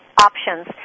options